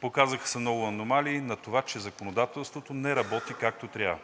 показаха се много аномалии на това, че законодателството не работи както трябва.